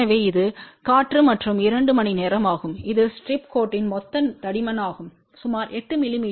எனவே இது காற்று மற்றும் 2 மணிநேரம் ஆகும் இது ஸ்ட்ரிப் கோட்டின் மொத்த தடிமன் ஆகும் சுமார் 8 மி